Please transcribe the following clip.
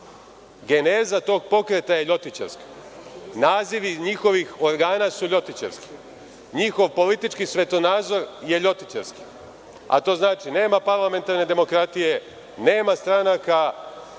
Geneza tog pokreta je Ljotićevska. Nazivi njihovih organa su Ljotićevski. Njihov politički svetonazor je Ljotićevski, a to znači – nema parlamentarne demokratije, nema stranaka,